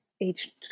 age